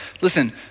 listen